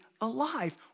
alive